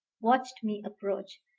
watched my approach.